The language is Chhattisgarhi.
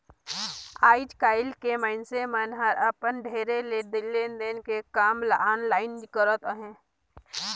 आएस काएल के मइनसे मन हर अपन ढेरे लेन देन के काम ल आनलाईन करत अहें